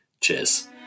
Cheers